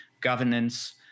governance